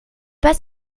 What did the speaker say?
pas